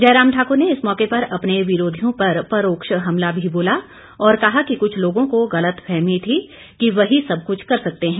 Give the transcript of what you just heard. जयराम ठाकुर ने इस मौके पर अपने विरोधियों पर परोक्ष हमला भी बोला और कहा कि कुछ लोगों को गलतफहमी थी कि वही सब कुछ कर सकते हैं